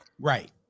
Right